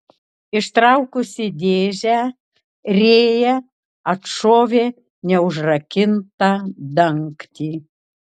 ištraukusi dėžę rėja atšovė neužrakintą dangtį